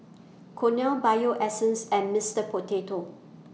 Cornell Bio Essence and Mister Potato